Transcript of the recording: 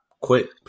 quit